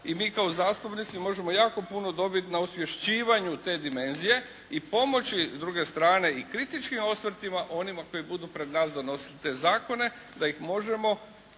i mi kao zastupnici možemo jako puno dobiti na osvješćivanju te dimenzije i pomoći s druge strane i kritičkim osvrtima onima koji budu pred nas donosili te zakone da ih možemo